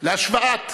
להשוואת